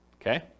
Okay